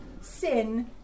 sin